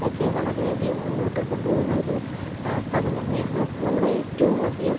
ഒക്കെ വളരെ അധികം മുന്നോട്ട് കൊണ്ടുപോവുന്ന ഒരു സ്ഥലം തന്നെയാണ് നമ്മളേറ്റവും അധികം